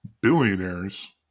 billionaires